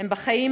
הם בחיים,